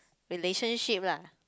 relationship lah